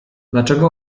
dlaczemu